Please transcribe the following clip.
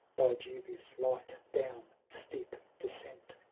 by dubious light down steep descent